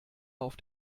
auf